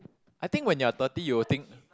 I think when you're thirty you will think